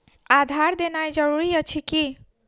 आधार देनाय जरूरी अछि की?